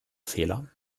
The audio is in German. fehler